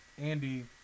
Andy